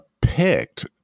picked